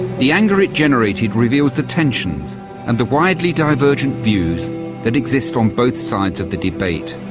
the anger it generates reveals the tensions and the widely diverging views that exist on both sides of the debate.